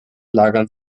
lagern